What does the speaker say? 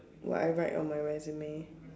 what I write on my resume